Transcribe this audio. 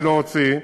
ולהוציא,